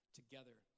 together